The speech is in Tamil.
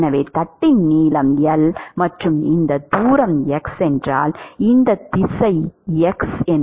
எனவே தட்டின் நீளம் L மற்றும் இந்த தூரம் x என்றால் இந்த திசை x h